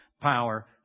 power